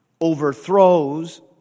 overthrows